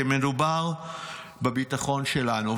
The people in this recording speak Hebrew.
כי מדובר בביטחון שלנו.